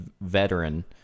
veteran